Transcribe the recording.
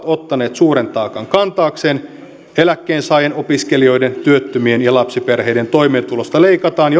ottaneet suuren taakan kantaakseen eläkkeensaajien opiskelijoiden työttömien ja lapsiperheiden toimeentulosta leikataan